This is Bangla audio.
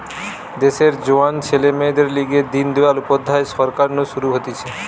দেশের জোয়ান ছেলে মেয়েদের লিগে দিন দয়াল উপাধ্যায় সরকার নু শুরু হতিছে